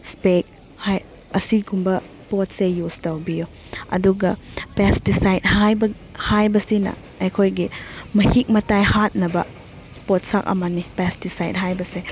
ꯏꯁꯄꯦꯛ ꯍꯥꯏꯕ ꯑꯁꯤꯒꯨꯝꯕ ꯄꯣꯠ ꯆꯩ ꯌꯨꯁ ꯇꯧꯕꯤꯌꯨ ꯑꯗꯨꯒ ꯄꯦꯁꯇꯤꯁꯥꯏꯠ ꯍꯥꯏꯕ ꯍꯥꯏꯕꯁꯤꯅ ꯑꯩꯈꯣꯏꯒꯤ ꯃꯍꯤꯛ ꯃꯇꯥꯏ ꯍꯥꯠꯅꯕ ꯄꯣꯠꯁꯛ ꯑꯃꯅꯤ ꯄꯦꯁꯇꯤꯁꯥꯏꯠ ꯍꯥꯏꯕꯁꯦ